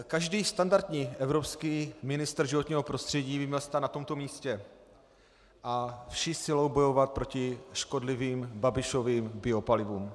Každý standardní evropský ministr životního prostředí by měl stát na tomto místě a vší silou bojovat proti škodlivým Babišovým biopalivům.